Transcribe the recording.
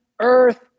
earth